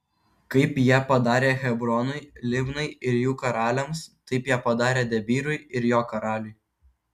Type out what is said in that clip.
kaip jie padarė hebronui libnai ir jų karaliams taip jie padarė debyrui ir jo karaliui